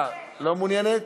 לא מעוניינת?